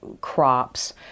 crops